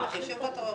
------ רטרואקטיבית.